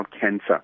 cancer